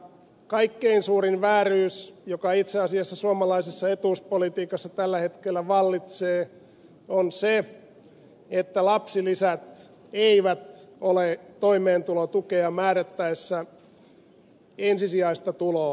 kaikkein suurin vääryys joka itse asiassa suomalaisessa etuuspolitiikassa tällä hetkellä vallitsee on se että lapsilisät eivät ole toimeentulotukea määrättäessä ensisijaista tuloa